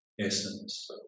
essence